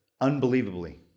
Unbelievably